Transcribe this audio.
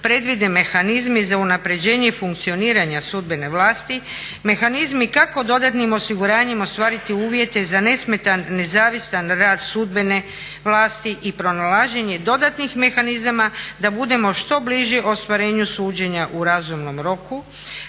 predvide mehanizmi za unapređenje funkcioniranja sudbene vlasti, mehanizmi kako dodatnim osiguranjem ostvariti uvjete za nesmetan, nezavisan rad sudbene vlasti i pronalaženje dodatnih mehanizama da budemo što bliži ostvarenju suđenja u razumnom roku